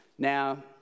Now